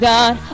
God